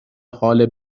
حال